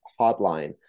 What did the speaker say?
hotline